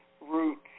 roots